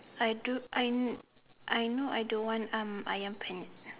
I do I I know I don't want um Ayam-penyet